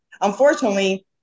unfortunately